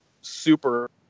super